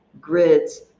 grids